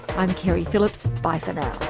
i'm keri phillips, bye for now